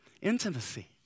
Intimacy